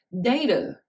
data